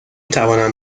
توانم